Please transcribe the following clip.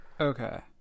Okay